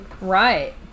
Right